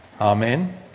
Amen